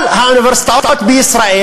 כל האוניברסיטאות בישראל